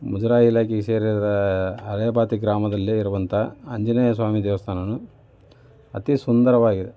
ಮುಜುರಾಯಿ ಇಲಾಖೆಗೆ ಸೇರಿದಂಥ ಹಳೇಬಾತಿ ಗ್ರಾಮದಲ್ಲಿ ಇರುವಂಥ ಆಂಜನೇಯ ಸ್ವಾಮಿ ದೇವಸ್ಥಾನವೂ ಅತೀ ಸುಂದರವಾಗಿದೆ